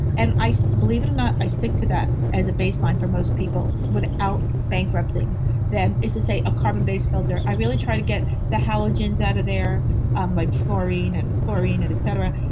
and i, believe it or not, i stick to that as a baseline for most people without bankrupting them is to say a carbon based filter i really try to get the halogens out of there um like fluorine and chlorine, et et cetera.